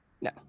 no